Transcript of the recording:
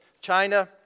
China